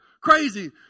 crazy